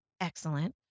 Excellent